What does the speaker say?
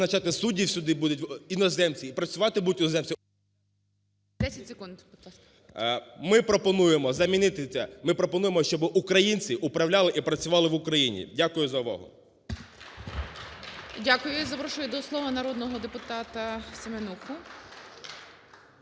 Ми пропонуємо, щоб українці управляли і працювали в Україні. Дякую за увагу.